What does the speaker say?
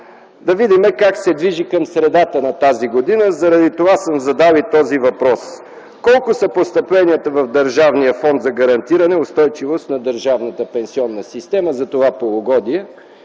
Да видим как се движи към средата на тази година. Затова съм задал и този въпрос: колко са постъпленията в Държавния фонд за гарантиране устойчивост на държавната пенсионна